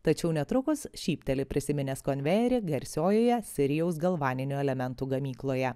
tačiau netrukus šypteli prisiminęs konvejerį garsiojoje sirijaus galvaninių elementų gamykloje